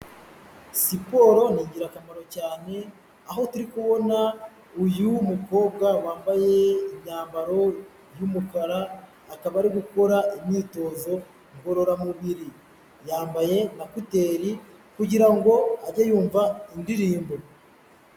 Siporo ni ingirakamaro cyane, aho turi kubona uyu mukobwa wambaye imyambaro y'umukara, akaba ari gukora imyitozo ngororamubiri, yambaye na kuteri kugira ngo ajye yumva indirimbo.